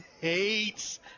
hates